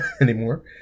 anymore